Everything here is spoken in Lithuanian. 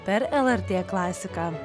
per lrt klasiką